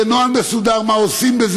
יהיה נוהל מסודר: מה עושים,